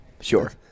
Sure